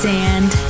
Sand